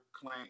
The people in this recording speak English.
claim